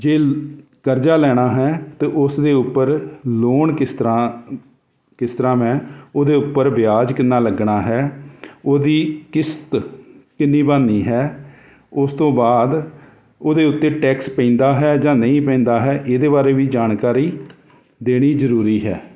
ਜੇ ਕਰਜ਼ਾ ਲੈਣਾ ਹੈ ਤਾਂ ਉਸ ਦੇ ਉੱਪਰ ਲੋਨ ਕਿਸ ਤਰ੍ਹਾਂ ਕਿਸ ਤਰ੍ਹਾਂ ਮੈਂ ਉਹਦੇ ਉੱਪਰ ਵਿਆਜ ਕਿੰਨਾ ਲੱਗਣਾ ਹੈ ਉਹਦੀ ਕਿਸ਼ਤ ਕਿੰਨੀ ਬਣਨੀ ਹੈ ਉਸ ਤੋਂ ਬਾਅਦ ਉਹਦੇ ਉੱਤੇ ਟੈਕਸ ਪੈਂਦਾ ਹੈ ਜਾਂ ਨਹੀਂ ਪੈਂਦਾ ਹੈ ਇਹਦੇ ਬਾਰੇ ਵੀ ਜਾਣਕਾਰੀ ਦੇਣੀ ਜ਼ਰੂਰੀ ਹੈ